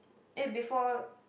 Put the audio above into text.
eh before